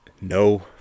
No